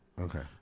Okay